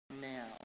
now